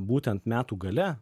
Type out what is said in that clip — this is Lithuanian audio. būtent metų gale